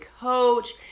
coach